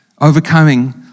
Overcoming